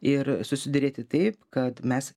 ir susiderėti taip kad mes